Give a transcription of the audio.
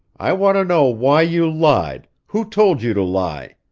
i want to know why you lied, who told you to lie.